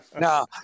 No